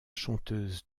chanteuse